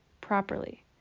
properly